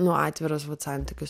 nu atviras vat santykis